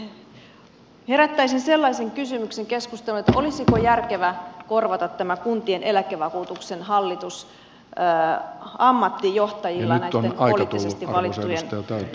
herättäisin keskusteluun sellaisen kysymyksen olisiko järkevä korvata tämä kuntien eläkevakuutuksen hallitus ammattijohtajilla näitten poliittisesti valittujen hallituksen jäsenten